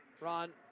Ron